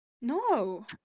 No